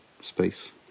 space